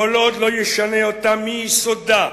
כל עוד לא ישנה אותה מיסודה,